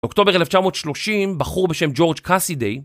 אוקטובר 1930, בחור בשם ג'ורג' קאסי דיי